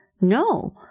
no